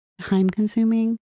time-consuming